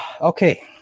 Okay